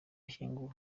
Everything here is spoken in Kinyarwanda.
yashyinguwe